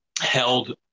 held